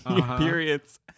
periods